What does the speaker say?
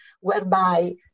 whereby